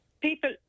people